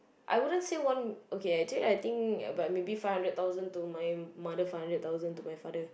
I wouldn't say one okay actually I think about maybe five hundred thousand to my mother five hundred thousand to my father